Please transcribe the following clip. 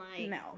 no